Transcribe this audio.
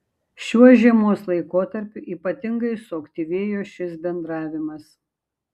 šiuo žiemos laikotarpiu ypatingai suaktyvėjo šis bendravimas